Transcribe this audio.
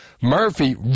Murphy